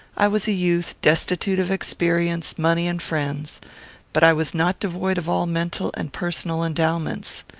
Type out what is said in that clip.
i was a youth destitute of experience, money, and friends but i was not devoid of all mental and personal endowments.